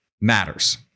matters